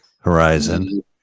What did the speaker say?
horizon